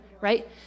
right